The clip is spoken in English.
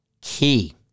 Key